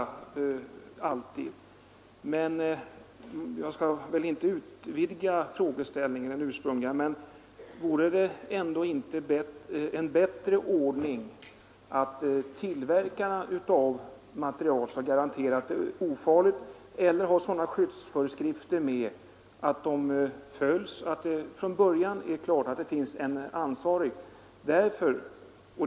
Jag skall inte utvidga den ursprungliga frågeställningen, men jag vill ändå ifrågasätta om det inte vore en bättre ordning att tillverkarna av material finge garantera att det är ofarligt eller utfärda sådana skyddsföreskrifter att det från början står klart att det finns någon som är ansvarig.